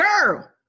girl